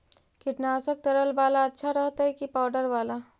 कीटनाशक तरल बाला अच्छा रहतै कि पाउडर बाला?